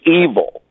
evil